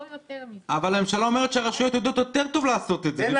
או יותר מזה --- הממשלה אומרת שהרשויות יודעות יותר טוב לעשות את זה.